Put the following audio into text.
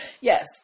yes